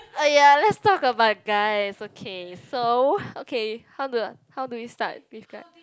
oh ya let's talk about guys okay so okay how do how do you start with guy